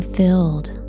filled